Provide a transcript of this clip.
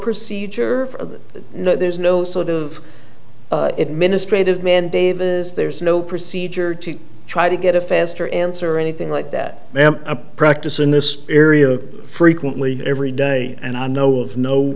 that no there's no sort of administrative man davis there's no procedure to try to get a faster answer or anything like that now a practice in this area frequently every day and i know of no